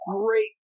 great